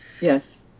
Yes